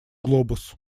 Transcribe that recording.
глобус